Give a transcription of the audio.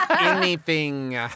anything-